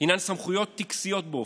הינן סמכויות טקסיות באופיין,